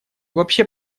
вообще